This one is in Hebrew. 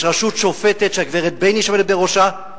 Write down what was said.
יש רשות שופטת שהגברת בייניש עומדת בראשה,